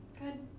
Good